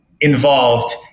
involved